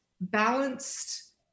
balanced